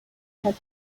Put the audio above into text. had